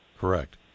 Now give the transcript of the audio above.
Correct